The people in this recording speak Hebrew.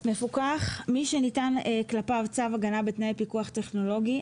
"מפוקח" מי שניתן כלפיו צו הגנה בתנאי פיקוח טכנולוגי,